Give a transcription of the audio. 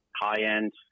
high-end